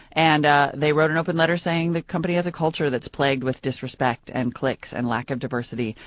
and they wrote an open letter saying the company has a culture that's plagued with disrespect, and cliques, and lack of diversity,